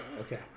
Okay